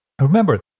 Remember